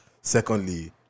Secondly